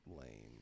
lame